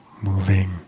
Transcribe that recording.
moving